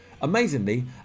Amazingly